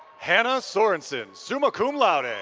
hannah sorenson, summa cum laude. and